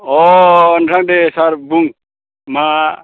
अह नोंथां दे सार बुं मा